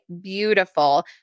beautiful